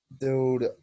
Dude